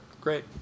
Great